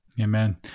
Amen